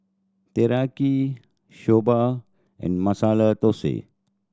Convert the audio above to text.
Teriyaki Soba and Masala Dosa